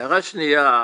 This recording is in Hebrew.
הערה שנייה,